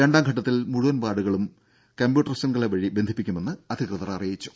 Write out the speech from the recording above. രണ്ടാംഘട്ടത്തിൽ മുഴുവൻ വാർഡുകളും കംപ്യൂട്ടർ ശ്യംഖല വഴി ബന്ധിപ്പിക്കുമെന്ന് അധികൃതർ അറിയിച്ചു